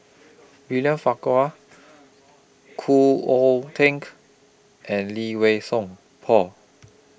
William Farquhar Khoo Oon Teik and Lee Wei Song Paul